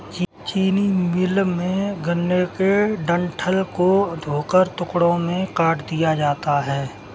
चीनी मिल में, गन्ने के डंठल को धोकर टुकड़ों में काट दिया जाता है